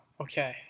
Okay